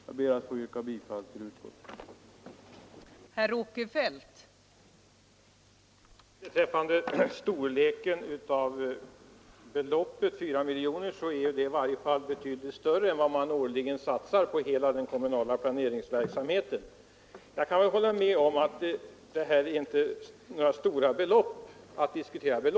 Jag ber att få yrka bifall till utskottets hemställan.